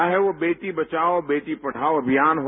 चाहे वह बेटी बचाओ बेटी पढ़ाओ अभियान हो